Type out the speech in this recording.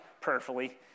prayerfully